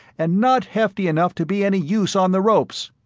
and not hefty enough to be any use on the ropes!